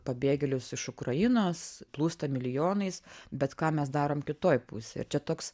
pabėgėlius iš ukrainos plūsta milijonais bet ką mes darom kitoj pusėj čia toks